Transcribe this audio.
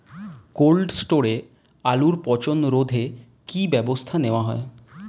Cold স্টোরে আলুর পচন রোধে কি ব্যবস্থা নেওয়া হয়?